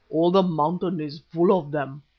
all the mountain is full of them.